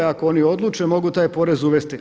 Ako oni odluče mogu taj porez uvesti.